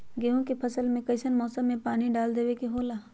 गेहूं के फसल में कइसन मौसम में पानी डालें देबे के होला?